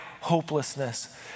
hopelessness